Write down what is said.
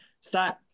start